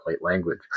language